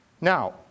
now